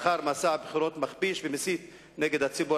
לאחר מסע בחירות מכפיש ומסית נגד הציבור